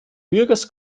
bürgers